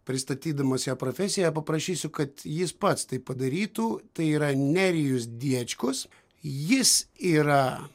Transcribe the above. pristatydamas sią profesiją paprašysiu kad jis pats tai padarytų tai yra nerijus diečkus jis yra